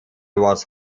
was